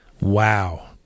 Wow